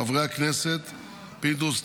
חברי הכנסת פינדרוס,